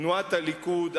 תנועת הליכוד,